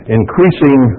increasing